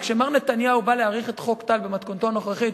וכשמר נתניהו בא להאריך את החוק במתכונתו הנוכחית,